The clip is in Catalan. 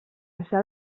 baixar